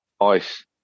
ice